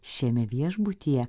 šiame viešbutyje